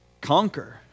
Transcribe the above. conquer